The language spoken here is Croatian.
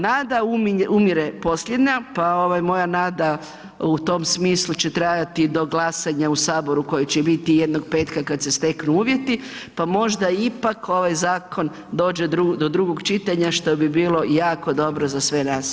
Nada umire posljednja, pa ovaj moja nada u tom smislu će trajati do glasanja u saboru koje će biti jednog petka kad se steknu uvjeti, pa možda ipak ovaj zakon dođe do drugog čitanja što bi bilo jako dobro za sve nas.